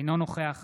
אינו נוכח